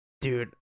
Dude